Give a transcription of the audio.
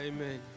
Amen